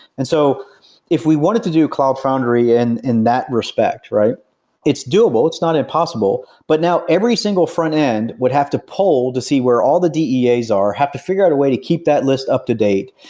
and so if we wanted to do cloud foundry and in that respect, it's doable, it's not impossible, but now every single front-end would have to poll to see where all the dea's are, have to figure out a way to keep that list up-to-date,